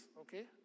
okay